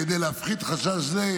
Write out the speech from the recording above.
כדי להפחית חשש זה,